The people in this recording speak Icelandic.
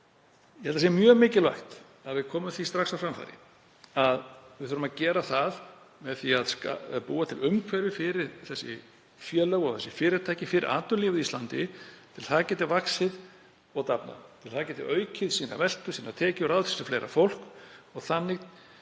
Ég held að það sé mjög mikilvægt að við komum því strax á framfæri að við þurfum að gera það með því að búa til umhverfi fyrir þessi félög og fyrirtæki, fyrir atvinnulífið á Íslandi til að það geti vaxið og dafnað, til að það geti aukið veltu sína og tekjur og ráðið til sín fleira fólk og þannig